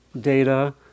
data